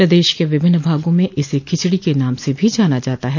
प्रदेश के विभिन्न भागों में इसे खिचड़ी के नाम से भी जाना जाता है